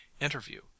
interview